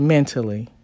Mentally